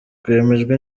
rwemejwe